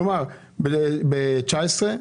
כלומר ב-2019,